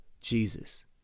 Jesus